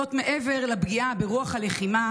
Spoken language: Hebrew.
זאת, מעבר לפגיעה ברוח הלחימה